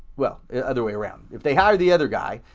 well, the other way around, if they hired the other guy,